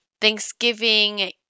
Thanksgiving